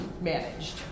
managed